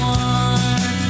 one